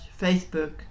Facebook